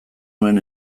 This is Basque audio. nuen